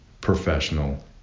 professional